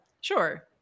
sure